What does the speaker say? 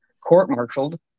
court-martialed